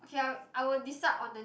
okay i'll I will decide on the